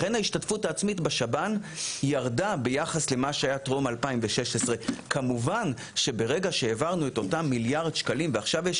לכן ההשתתפות העצמית בשב"ן ירדה ביחס למה שהיה טרום 2016. כמובן שברגע שהעברנו את אותם מיליארד שקלים ועכשיו יש